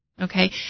Okay